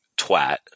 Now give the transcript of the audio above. twat